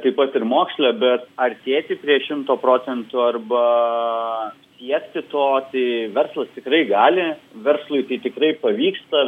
taip pat ir moksle bet artėti prie šimto procentų arba siekti to tai verslas tikrai gali verslui tai tikrai pavyksta